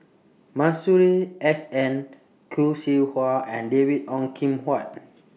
Masuri S N Khoo Seow Hwa and David Ong Kim Huat